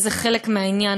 זה חלק מהעניין.